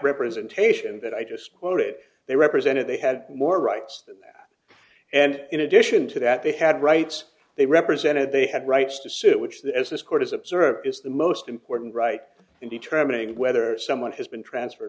representation that i just quoted they represented they had more rights than that and in addition to that they had rights they represented they had rights to sue which there's this court is observed is the most important right in determining whether someone has been transferred